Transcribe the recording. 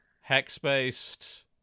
Hex-based